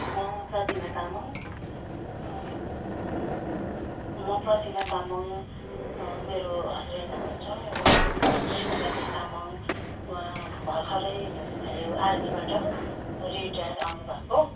म प्रतिमा तामाङ म प्रतिमा तामाङ मेरो हस्बेन्ड हुनुहुन्छ कृष्णबहादुर तामाङ उहाँ भर्खरै यो आर्मीबाट रिटायर आउनुभएको